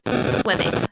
swimming